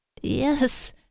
Yes